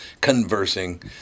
conversing